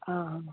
आं